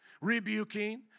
rebuking